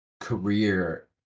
career